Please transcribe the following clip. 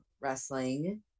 wrestling